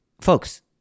Folks